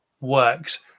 works